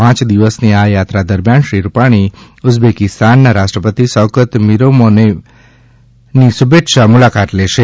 પાંચ દિવસની આ યાત્રા દરમિયાન શ્રી રૂપાણી ઉઝબેકીસ્તાનના રાષ્નપતિ શૌકત મિરોમોનોવિસની શુભેચ્છા મુલાકાત લેશે